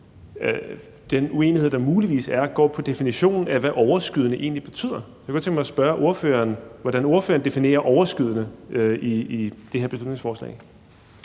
den uenighed, der muligvis er, går på definitionen af, hvad overskydende egentlig betyder. Jeg kunne godt tænke mig at spørge ordføreren, hvordan ordføreren definerer overskydende i det her beslutningsforslag.